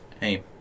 Hey